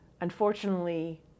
Unfortunately